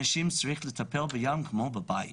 אנשים צריכים לטפל בים כמו בבית,